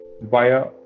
via